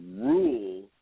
rule